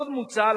עוד מוצע,